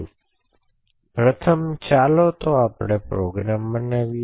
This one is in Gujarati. તેથી પ્રથમ ચાલો તે પ્રોગ્રામ ચલાવીએ